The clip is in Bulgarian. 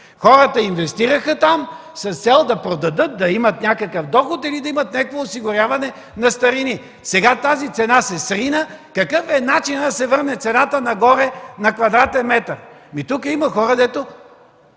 Хората инвестираха там с цел да продадат, да имат някакъв доход или да имат някакво осигуряване на старини. Сега тази цена се срина. Какъв е начинът да се върне цената на квадратен метър